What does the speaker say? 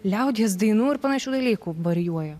liaudies dainų ir panašių dalykų varijuoja